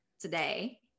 today